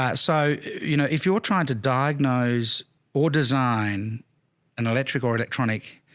ah so you know, if you're trying to diagnose or design an electric or electronic